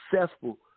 successful